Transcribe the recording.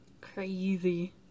crazy